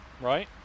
right